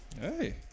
Hey